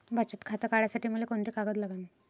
बचत खातं काढासाठी मले कोंते कागद लागन?